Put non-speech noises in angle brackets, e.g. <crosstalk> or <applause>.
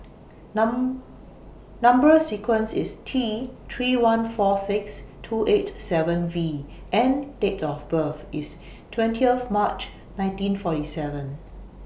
<noise> Number sequence IS T three one four six two eight seven V and Date of birth IS twentieth March nineteen forty seven